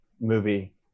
movie